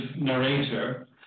narrator